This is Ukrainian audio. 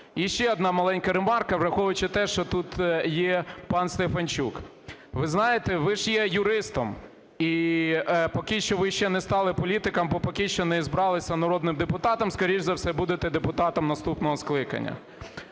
І ще одна маленька ремарка, враховуючи те, що тут є пан Стефанчук. Ви знаєте, ви ж є юристом і поки що ви ще не стали політиком, бо поки що не обралися народним депутатом, скоріше за все, будете депутатом наступного скликання.